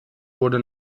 wurde